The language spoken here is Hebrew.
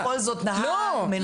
הוא בכל זאת נהג מנוסה.